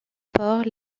porcs